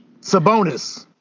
Sabonis